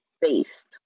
based